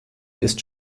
ist